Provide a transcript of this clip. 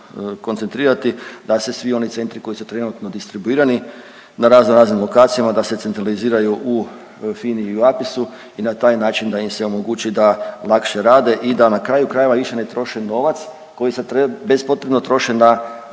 da se svi oni centri koji su trenutno distribuirani na razno raznim lokacijama da se centraliziraju u FINA-i i u APIS-u i na taj način da im se omogući da lakše rade i da na kraju krajeva više ne troše novac koji se bespotrebno trošio na